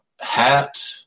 hat